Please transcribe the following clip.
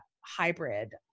hybrid